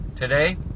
today